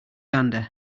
gander